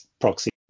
proxy